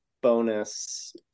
bonus